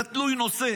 זה תלוי נושא.